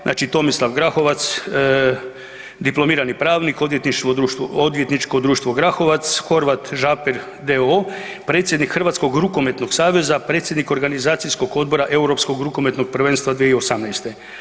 Znači Tomislav Grahovac dipl.iur. Odvjetničko društvo Grahovac, Horvat, Žapelj d.o.o., predsjednik Hrvatskog rukometnog saveza, predsjednik organizacijskoj odbora Europskog rukometnog prvenstva 2018.